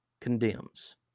condemns